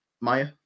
Maya